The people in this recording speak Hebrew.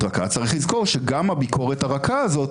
אז זה יהיה ארבע חמישיות או 80% מההרכב באשר הוא.